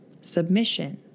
submission